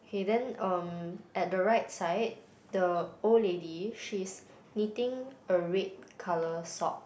okay then um at the right side the old lady she's knitting a red colour sock